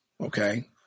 Okay